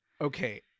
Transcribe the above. Okay